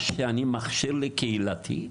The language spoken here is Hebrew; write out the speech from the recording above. מכשיר לקהילתי?